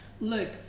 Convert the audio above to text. look